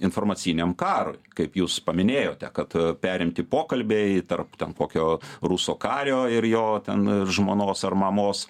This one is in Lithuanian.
informaciniam karui kaip jūs paminėjote kad perimti pokalbiai tarp ten kokio ruso kario ir jo ten žmonos ar mamos